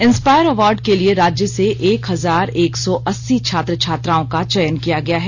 inspire award के लिए राज्य से एक हजार एक सौ अस्सी छात्र छात्राओं का चयन किया गया है